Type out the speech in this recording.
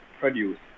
produce